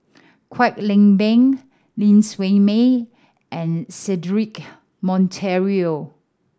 Kwek Leng Beng Ling Siew May and Cedric Monteiro